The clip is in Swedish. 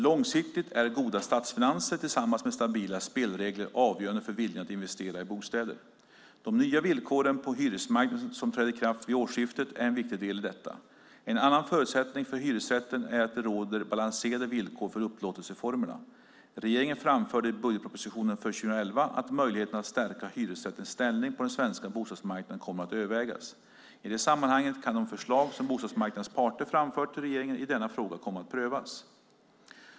Långsiktigt är goda statsfinanser tillsammans med stabila spelregler avgörande för viljan att investera i bostäder. De nya villkoren på hyresmarknaden som trädde i kraft vid årsskiftet är en viktig del i detta. En annan förutsättning för hyresrätten är att det råder balanserade villkor för upplåtelseformerna. Regeringen framförde i budgetpropositionen för 2011 att möjligheten att stärka hyresrättens ställning på den svenska bostadsmarknaden kommer att övervägas. I det sammanhanget kan de förslag som bostadsmarknadens parter framfört till regeringen i denna fråga komma att prövas.